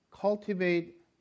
cultivate